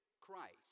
Christ